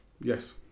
Yes